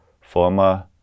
former